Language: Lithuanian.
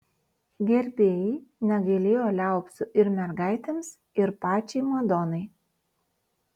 gerbėjai negailėjo liaupsių ir mergaitėms ir pačiai madonai